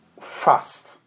fast